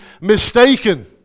mistaken